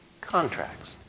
contracts